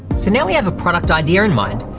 so now we have a product idea in mind,